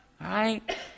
right